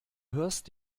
hörst